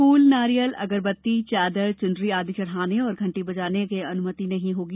फूल नारियल अगरबत्ती चादर चुनरी आदि चढ़ाने और घंटी बजाने की अनुमति नहीं होगी